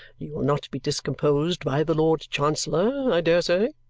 you will not be discomposed by the lord chancellor, i dare say?